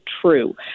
true